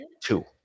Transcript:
two